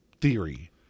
theory